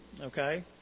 okay